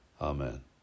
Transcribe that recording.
Amen